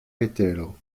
vetero